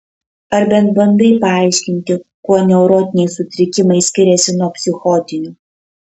ar bent bandai paaiškinti kuo neurotiniai sutrikimai skiriasi nuo psichotinių